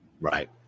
Right